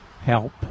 help